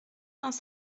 dans